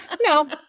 no